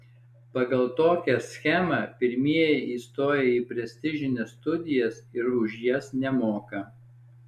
pagal tokią schemą pirmieji įstoja į prestižines studijas ir už jas nemoka